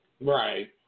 Right